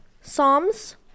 Psalms